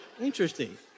Interesting